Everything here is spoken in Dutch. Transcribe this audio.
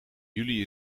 juli